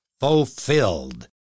fulfilled